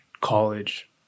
college